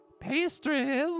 Pastries